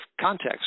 context